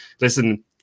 listen